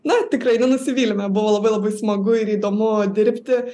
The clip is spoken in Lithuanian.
na tikrai nenusivylėme buvo labai labai smagu ir įdomu dirbti